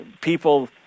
people